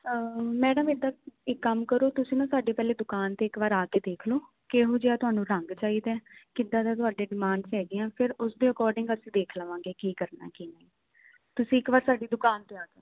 madam ਇਦਾਂ ਇੱਕ ਕੰਮ ਕਰੋ ਤੁਸੀਂ ਨਾ ਸਾਡੀ ਪਹਿਲੇ ਦੁਕਾਨ ਤੇ ਇੱਕ ਵਾਰ ਆ ਕੇ ਦੇਖ ਲਓ ਕਿਹੋ ਜਿਹਾ ਤੁਹਾਨੂੰ ਰੰਗ ਚਾਹੀਦਾ ਕਿੱਦਾਂ ਦਾ ਤੁਹਾਡੇ ਡਿਮਾਂਡ ਚ ਹੈਗੇ ਆ ਫਿਰ ਉਸਦੇ ਅਕੋਰਡਿੰਗ ਅਸੀਂ ਦੇਖ ਲਵਾਂਗੇ ਕੀ ਕਰਨਾ ਕੀ ਤੁਸੀਂ ਇੱਕ ਵਾਰ ਸਾਡੀ ਦੁਕਾਨ ਤੇ ਆਇਓ